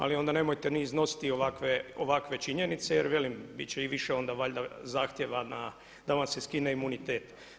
Ali onda nemojte ni iznositi ovakve činjenice, jer velim bit će i više onda valjda zahtjeva da vam se skine imunitet.